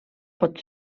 pot